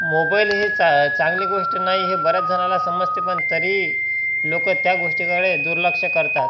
mobile हे चा चांगली गोष्ट नाही हे बऱ्याचजणाला समजते पण तरी लोक त्या गोष्टीकडे दुर्लक्ष करतात